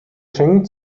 schengen